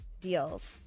deals